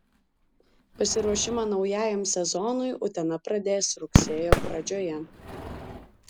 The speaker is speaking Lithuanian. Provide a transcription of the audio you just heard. pasiruošimą naujajam sezonui utena pradės rugsėjo pradžioje